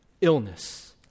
illness